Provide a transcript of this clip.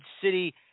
City